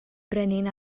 brenin